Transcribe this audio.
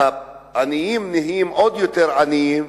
והעניים נהיים עוד יותר עניים,